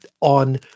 on